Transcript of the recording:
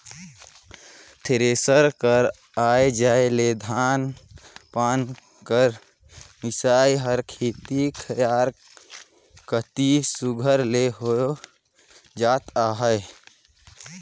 thresher कर आए जाए ले धान पान कर मिसई हर खेते खाएर कती सुग्घर ले होए जात अहे